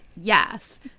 yes